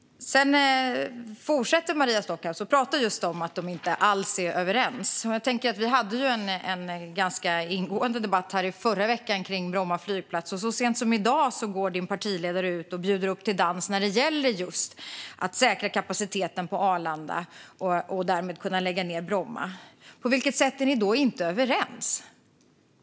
Sedan fortsatte Maria Stockhaus att prata om att partierna inte alls är överens. Vi hade ju en ganska ingående debatt här i förra veckan om Bromma flygplats, och så sent som i dag gick Maria Stockhaus partiledare ut och bjöd upp till dans gällande just att säkra kapaciteten på Arlanda och därmed kunna lägga ned Bromma. På vilket sätt är partierna då inte överens?